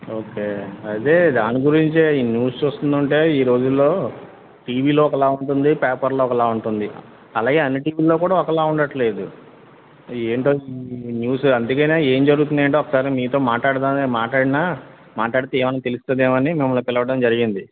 okay అదే దాని గురించే ఈ న్యూస్ చూస్తుంటుంటే ఈరోజుల్లో టీవీలో ఒకలా ఉంటుంది పేపర్లో ఒకలా ఉంటుంది అలాగే అన్నిటికల్లో కూడా ఒకలా ఉండట్లేదు ఏంటో ఈ న్యూస్ అందుకనే ఎం జరుగుతుందో ఏంటో ఒకసారి మీతో మాట్లాడదామని మాట్లాడిన మాట్లాడితే ఏమని తెలుస్తుందని ఏమో అని పిలవడం జరిగింది